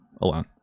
alone